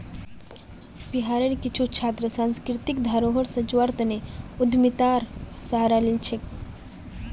बिहारेर कुछु छात्र सांस्कृतिक धरोहर संजव्वार तने उद्यमितार सहारा लिल छेक